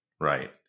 Right